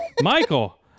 michael